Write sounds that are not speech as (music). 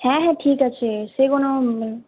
হ্যাঁ হ্যাঁ ঠিক আছে সে কোন (unintelligible)